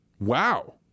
Wow